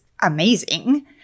amazing